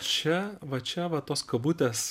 čia va čia va tos kabutės